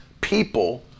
people